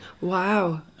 Wow